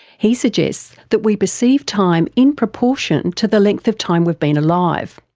he suggests that we perceive time in proportion to the length of time we've been alive.